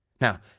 Now